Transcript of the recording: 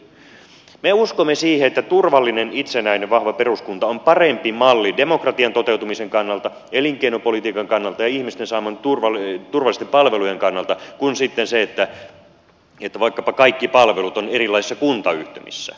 me uskomme siihen että turvallinen itsenäinen vahva peruskunta on parempi malli demokratian toteutumisen kannalta elinkeinopolitiikan kannalta ja ihmisten saamien turvallisten palvelujen kannalta kuin sitten se että vaikkapa kaikki palvelut ovat erilaisissa kuntayhtymissä